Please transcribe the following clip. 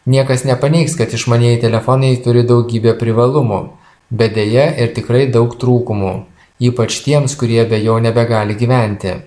niekas nepaneigs kad išmanieji telefonai turi daugybę privalumų bet deja ir tikrai daug trūkumų ypač tiems kurie be jo nebegali gyventi